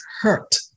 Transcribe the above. hurt